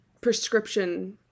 prescription